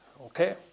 okay